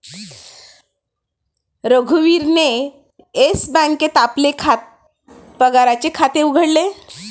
रघुवीरने येस बँकेत आपले पगाराचे खाते उघडले